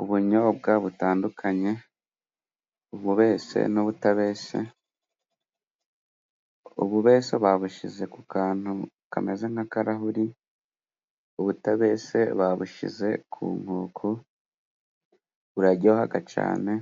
Ubunyobwa butandukanye:ububese n'ubutabese. Ububese babushyize ku kantu kameze nk'akarahuri, ubutabese babushyize ku nkoko. Buraryohaga cyane.